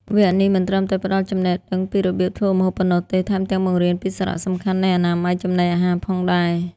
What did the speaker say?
វគ្គនេះមិនត្រឹមតែផ្ដល់ចំណេះដឹងពីរបៀបធ្វើម្ហូបប៉ុណ្ណោះទេ ថែមទាំងបង្រៀនពីសារៈសំខាន់នៃអនាម័យចំណីអាហារផងដែរ។